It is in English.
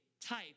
type